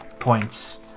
points